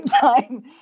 time